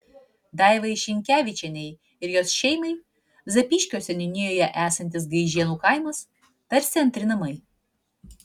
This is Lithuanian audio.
daivai šinkevičienei ir jos šeimai zapyškio seniūnijoje esantis gaižėnų kaimas tarsi antri namai